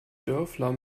dörfler